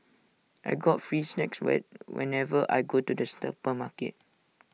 I get free snacks when whenever I go to the supermarket